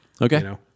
Okay